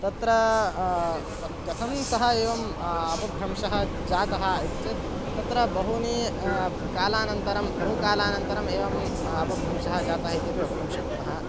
तत्र पदं कथं सः एवम् अपभ्रंशः जातः इति चेत् तत्र बहूनि कालानन्तरं बहुकालानन्तरम् एवम् अपभ्रंशः जातः इत्यपि वक्तुं शक्नुमः